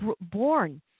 born